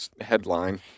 Headline